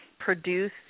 Produce